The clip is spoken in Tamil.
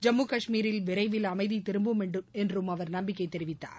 ஜம்மு காஷ்மீரில் விரைவில் அமைதி திரும்பும் என்றும் அவர் நம்பிக்கை தெரிவித்தார்